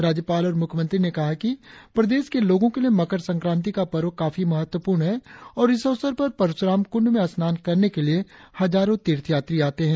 राज्यपाल और मुख्यमंत्री ने कहा है कि प्रदेश के लोगो के लिए मकर संक्रांति का पर्व भी काफी महत्वपूर्ण है और इस अवसर पर परशुराम कुंड में स्नान करने के लिए हजारो तीर्थ यात्री आते है